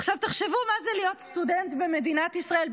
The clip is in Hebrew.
עכשיו תחשבו מה זה להיות סטודנט במדינת ישראל,